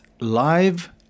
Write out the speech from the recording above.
live